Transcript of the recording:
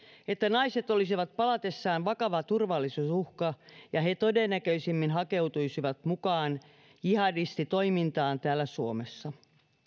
että naiset olisivat palatessaan vakava turvallisuusuhka ja he todennäköisimmin hakeutuisivat mukaan jihadistitoimintaan täällä suomessa